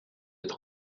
être